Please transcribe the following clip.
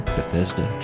Bethesda